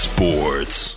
Sports